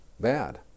bad